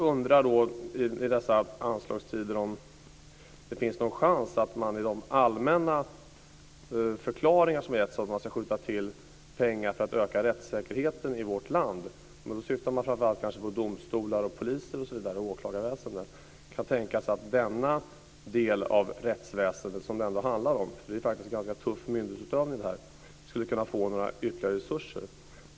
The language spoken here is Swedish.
Man har allmänt deklarerat att man ska skjuta till pengar för att öka rättssäkerheten i vårt land - då syftar man kanske framför allt på domstolar, poliser och åklagarväsendet, osv. Jag undrar om man i dessa anslagstider kan tänka sig att ge denna del av rättsväsendet, som det ändå handlar om - det är faktiskt en ganska tuff myndighetsutövning - ytterligare resurser.